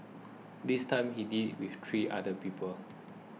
this time he did it with three other people